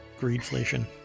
greedflation